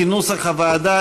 כנוסח הוועדה,